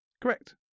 Correct